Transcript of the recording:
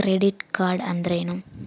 Credit card ಅಂದ್ರೇನು?